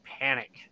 panic